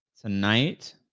tonight